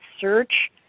search